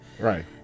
Right